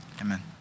amen